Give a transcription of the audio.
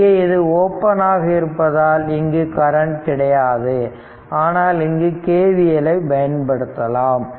இங்கே இது ஓபன் ஆக இருப்பதால் இங்கு கரண்ட் கிடையாது ஆனால் இங்கு KVL ஐ பயன்படுத்தலாம்